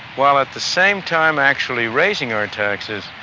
while at the same time actually raising our taxes,